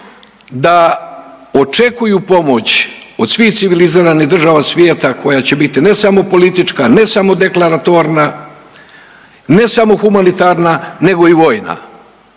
da očekuju pomoć od svih civiliziranih država svijeta koja će biti ne samo politička, ne samo deklaratorna, ne samo humanitarna nego i vojna.